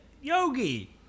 Yogi